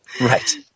Right